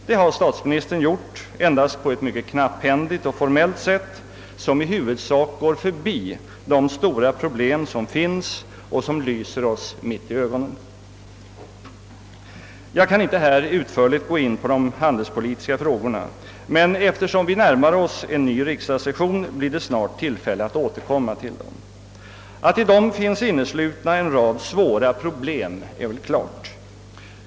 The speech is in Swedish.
Det har statsministern endast gjort på ett mycket knapphändigt och formellt sätt, som i huvudsak går förbi de stora problem som finns och som lyser oss mitt i ögonen. Jag kan inte här utförligt gå in på de handelspolitiska frågorna, men eftersom vi närmar oss en ny riksdagssession blir det snart tillfälle att återkomma till dem. Att i dem finns inneslutna en rad svåra problem är väl klart.